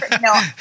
No